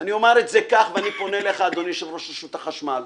אני אומר את זה כך ואני פונה אליך אדוני יושב ראש רשות החשמל.